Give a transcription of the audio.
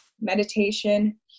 Meditation